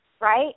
right